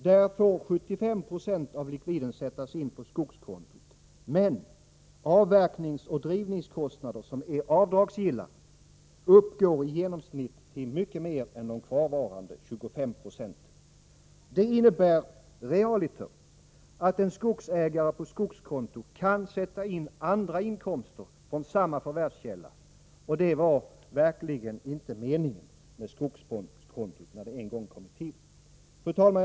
Där får 75 96 av likviden sättas in på skogskontot, men avverkningsoch drivningskostnader, som är avdragsgilla, uppgår i genomsnitt till mycket mer än de kvarvarande 25 procenten. Det innebär realiter att en skogsägare på skogskonto kan sätta in andra inkomster från samma förvärvskälla, och det var verkligen inte meningen med skogskontot när det en gång kom till. Fru talman!